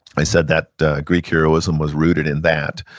i said that greek heroism was rooted in that,